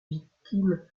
victimes